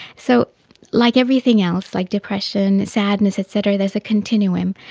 so like everything else, like depression, sadness et cetera, there is a continuum.